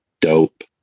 dope